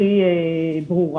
הכי ברורה.